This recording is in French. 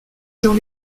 dans